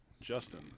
Justin